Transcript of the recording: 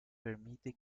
permite